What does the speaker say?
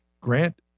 Grant